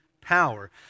power